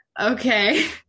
okay